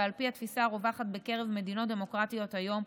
ועל פי התפיסה הרווחת במדינות דמוקרטיות היום,